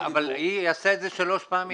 היא עשתה את זה שלוש פעמים.